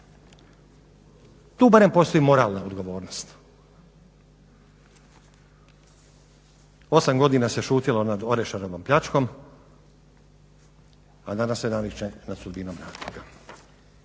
Tu barem postoji moralna odgovornost. Osam godina se šutjelo nad Orešarevom pljačkom, a danas se nariče nad sudbinom radnika.